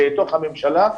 בתוך הממשלה.